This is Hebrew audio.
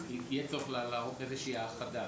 יהיה טוב לערוך איזושהי האחדה.